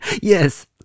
Yes